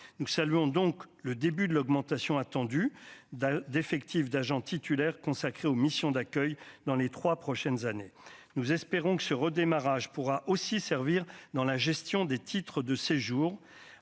nous saluons donc le début de l'augmentation attendue d'effectifs d'agents titulaires consacré aux missions d'accueil dans les 3 prochaines années, nous espérons que ce redémarrage pourra aussi servir dans la gestion des titres de séjour